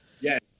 Yes